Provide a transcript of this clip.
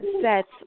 sets